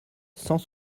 cent